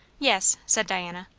yes, said diana.